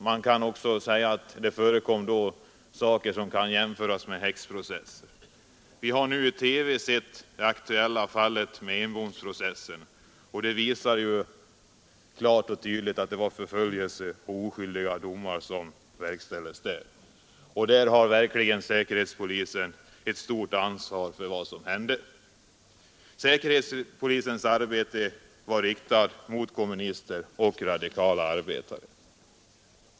Man kan också säga att det har förekommit saker och ting som kan jämföras med häxprocesser. Vi har nu i TV sett det aktuella fallet med Enbomsprocessen, och det visar ju klart och tydligt att det var en förföljelse mot oskyldiga och domar mot oskyldiga som då verkställdes. I detta fall har verkligen säkerhetspolisen ett stort ansvar för vad som hände. Säkerhetspolisens arbete var riktat mot kommunister och radikala arbetare.